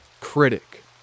Critic